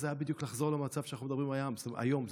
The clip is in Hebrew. אז זה בדיוק לחזור למצב שאנחנו מדברים עליו, היום.